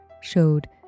showed